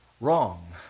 wrong